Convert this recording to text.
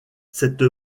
cette